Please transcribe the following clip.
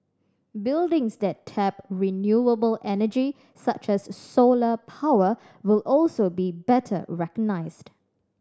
buildings that tap renewable energy such as solar power will also be better recognised